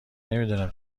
نمیدونم